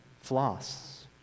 floss